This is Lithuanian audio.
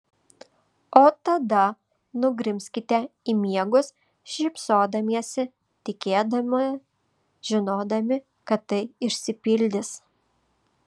o tada nugrimzkite į miegus šypsodamiesi tikėdami žinodami kad tai išsipildys